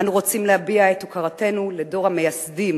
אנו רוצים להביע את הוקרתנו לדור המייסדים